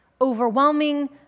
Overwhelming